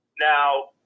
Now